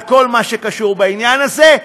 על כל מה שקשור לעניין הזה,